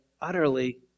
utterly